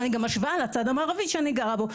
ואני גם משווה לצד המערבי שאני גרה בו,